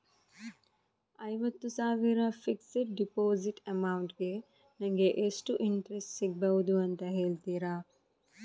ಐವತ್ತು ಸಾವಿರ fixed deposit amount ಗೆ ನಂಗೆ ಎಷ್ಟು ಇಂಟ್ರೆಸ್ಟ್ ಸಿಗ್ಬಹುದು ಅಂತ ಹೇಳ್ತೀರಾ?